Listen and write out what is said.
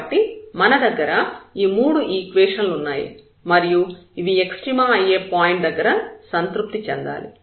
కాబట్టి మన దగ్గర ఈ మూడు ఈక్వేషన్ లు ఉన్నాయి మరియు ఇవి ఎక్స్ట్రీమ అయ్యే పాయింట్ దగ్గర సంతృప్తి చెందాలి